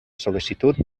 sol·licitud